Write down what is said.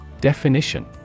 Definition